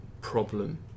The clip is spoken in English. problem